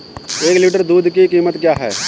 एक लीटर दूध की कीमत क्या है?